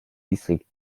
districts